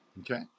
okay